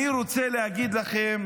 אני רוצה להגיד לכם